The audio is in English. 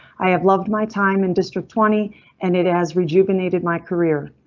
i have loved my time in district twenty and it has rejuvenated mycareer.